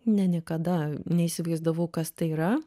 ne niekada neįsivaizdavau kas tai yra